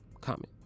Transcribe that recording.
comment